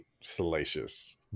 salacious